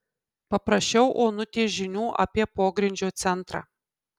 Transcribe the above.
paprašiau onutės žinių apie pogrindžio centrą